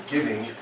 Giving